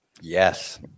Yes